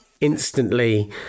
instantly